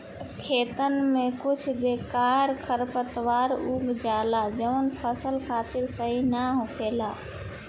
खेतन में कुछ बेकार खरपतवार उग जाला जवन फसल खातिर सही ना होखेला